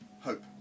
hope